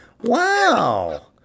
Wow